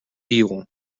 evil